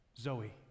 Zoe